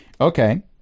Okay